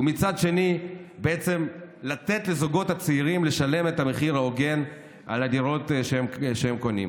ומצד שני לתת לזוגות הצעירים לשלם את המחיר ההוגן על הדירות שהם קונים.